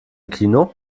kino